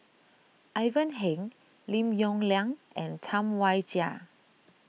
Ivan Heng Lim Yong Liang and Tam Wai Jia